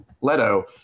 Leto